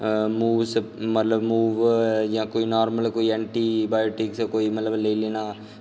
move जां कोई normal antibiotic कोई मतलब लेई लैना